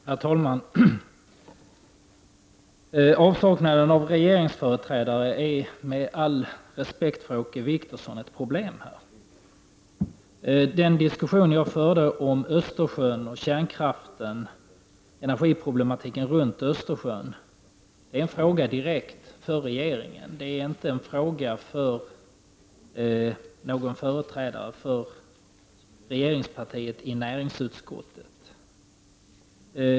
Herr talman! Med all respekt för Åke Wictorssons insatser är avsaknaden av regeringsföreträdare i den här debatten ett problem. Den diskussion jag förde om energiproblematiken runt Östersjön är en fråga för regeringen och inte för en företrädare för regeringspartiet i näringsutskottet.